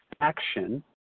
action